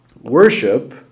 Worship